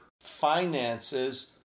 finances